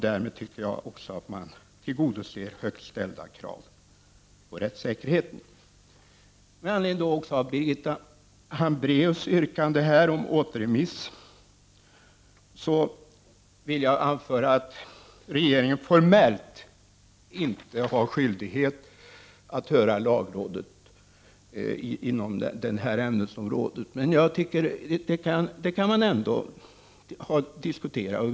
Därmed tycker jag också att man tillgodoser högt ställda krav på rättssäkerheten. Med anledning av Birgitta Hambraeus yrkande om återremiss vill jag anföra att regeringen formellt inte har skyldighet att höra lagrådet inom detta ämnesområde. Men jag tycker att man ändå kan diskutera det.